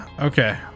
okay